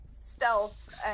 stealth